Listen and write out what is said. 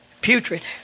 putrid